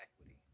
equity